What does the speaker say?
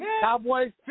Cowboys